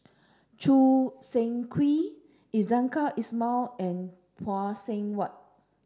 Choo Seng Quee Iskandar Ismail and Phay Seng Whatt